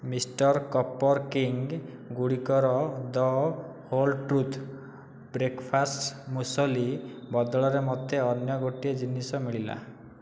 mister copper king ଗୁଡ଼ିକର the whole truth breakfast muesli ବଦଳରେ ମୋତେ ଅନ୍ୟ ଗୋଟିଏ ଜିନିଷ ମିଳିଲା